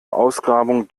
ausgrabungen